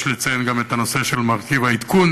יש לציין גם את הנושא של מרכיב העדכון